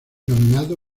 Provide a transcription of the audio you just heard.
nominado